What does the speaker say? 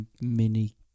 mini